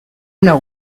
know